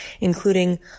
including